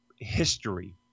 history